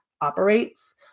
operates